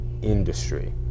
industry